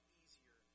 easier